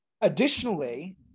additionally